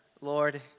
Lord